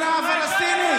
הפלסטינית.